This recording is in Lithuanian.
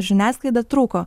žiniasklaida trūko